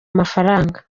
amafaranga